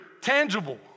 tangible